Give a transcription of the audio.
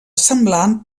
semblant